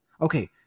Okay